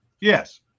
Yes